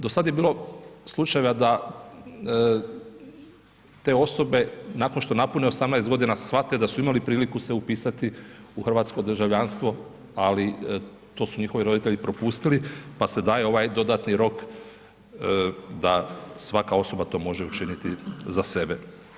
Do sad je bilo slučajeva da te osobe nakon što napune 18 godina shvate da su imali priliku se upisati u hrvatsko državljanstvo, ali to su njihovi roditelji propustili pa se daje ovaj dodatni rok da svaka osoba to može učiniti za sebe.